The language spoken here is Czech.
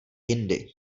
jindy